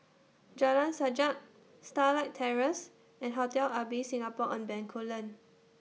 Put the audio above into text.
Jalan Sajak Starlight Terrace and Hotel Ibis Singapore on Bencoolen